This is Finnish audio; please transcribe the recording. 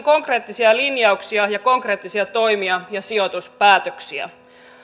konkreettisia linjauksia ja konkreettisia toimia ja sijoituspäätöksiä